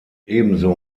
ebenso